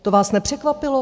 To vás nepřekvapilo?